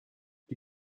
die